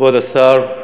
כבוד השר,